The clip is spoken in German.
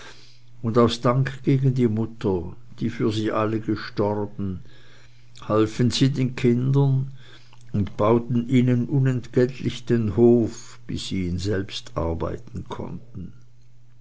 und aus dank gegen die mutter die für alle gestorben halfen sie den kindern und bauten ihnen unentgeltlich den hof bis sie ihn selbsten arbeiten konnten